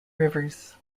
rivers